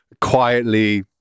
quietly